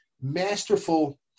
masterful –